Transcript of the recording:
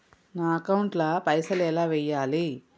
నా అకౌంట్ ల పైసల్ ఎలా వేయాలి?